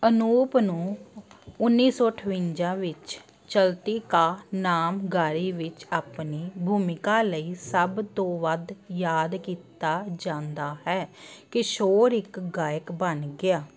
ਅਨੂਪ ਨੂੰ ਉੱਨੀ ਸੌ ਅਠਵੰਜਾ ਵਿੱਚ ਚਲਤੀ ਕਾ ਨਾਮ ਗਾਡੀ ਵਿੱਚ ਆਪਣੀ ਭੂਮਿਕਾ ਲਈ ਸਭ ਤੋਂ ਵੱਧ ਯਾਦ ਕੀਤਾ ਜਾਂਦਾ ਹੈ ਕਿਸ਼ੋਰ ਇੱਕ ਗਾਇਕ ਬਣ ਗਿਆ